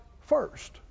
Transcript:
first